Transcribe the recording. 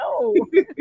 no